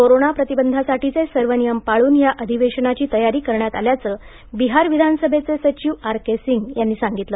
corona प्रतिबंधासाठीचे सर्व नियम पाळून या अधिवेशनाची तयारी करण्यात आल्याचं बिहार विधानसभेचे सचिव आर के सिंग यांनी सांगितलं